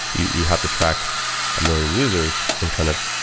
you you have to track a million users and kind of